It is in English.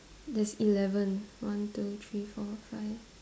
there's eleven one two three four five